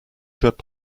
shirt